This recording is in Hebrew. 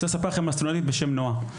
אני רוצה לספר לכם על סטודנטית בשם נועה.